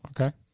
Okay